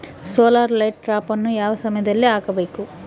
Solar light ಟ್ರಾಪನ್ನು ಯಾವ ಸಮಯದಲ್ಲಿ ಹಾಕಬೇಕು?